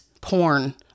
porn